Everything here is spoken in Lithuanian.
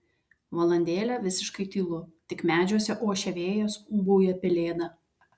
valandėlę visiškai tylu tik medžiuose ošia vėjas ūbauja pelėda